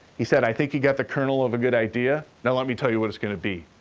he said, i think you got the kernel of a good idea. now, let me tell you what it's gonna be.